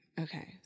Okay